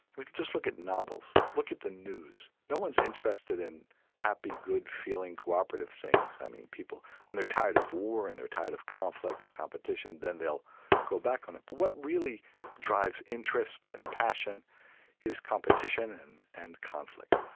just look at novels. look at the news. no one's interested in happy, good-feeling cooperative things. i mean, people when they're tired of war and they're tired of conflict and competition, then they'll go back on it. but what really drives interest and passion is competition and and conflict.